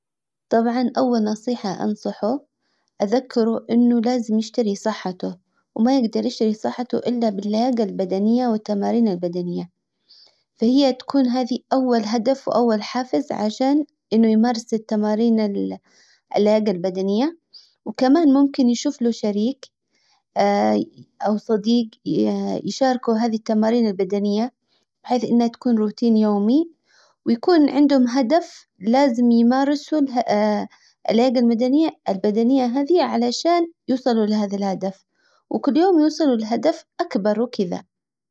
طبعا اول نصيحة انصحه اذكره انه لازم يشتري صحته وما يجدر يشتري صحته الا باللياجة البدنية والتمارين البدنية. فهي تكون هذي اول هدف واول حافز عشان انه يمارس التمارين اللياجة البدنية. وكمان ممكن يشوف له شريك او صديق يشاركوا هذي التمارين البدنية بحيث انها تكون روتين يومي ويكون عندهم هدف لازم يمارسوا اللياجة المدنية البدنية هذي علشان يوصلوا لهذا الهدف وكل يوم يوصلوا لهدف اكبر وكدا.